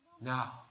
Now